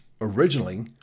originally